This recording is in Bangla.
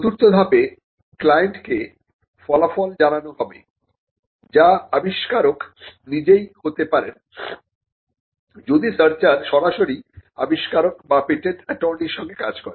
চতুর্থ ধাপে ক্লায়েন্টকে ফলাফল জানানো হবে যা আবিষ্কারক নিজেই হতে পারেন যদি সার্চার সরাসরি আবিষ্কারক বা পেটেন্ট অ্যাটর্নির সঙ্গে কাজ করে